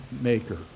maker